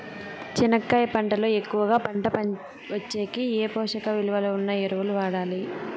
చెనక్కాయ పంట లో ఎక్కువగా పంట వచ్చేకి ఏ పోషక విలువలు ఉన్న ఎరువులు వాడాలి?